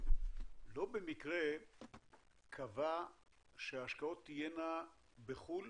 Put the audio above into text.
לא במקרה קבע שההשקעות תהיינה בחו"ל